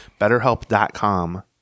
BetterHelp.com